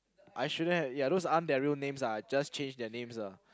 I shouldn't have those aren't their real names lah I just change their names lah